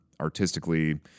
artistically